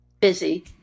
busy